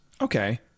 Okay